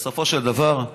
בסופו של דבר,